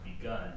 begun